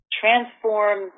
transform